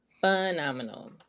phenomenal